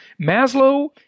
Maslow